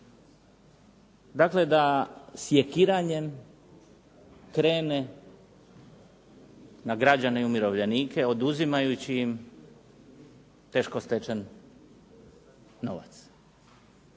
dakle da sjekiranjem krene na građane i umirovljenike oduzimajući im teško stečen novac.